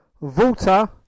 Volta